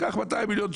קח צ'ק על 200 מיליון.